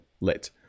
Lit